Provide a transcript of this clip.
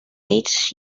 eight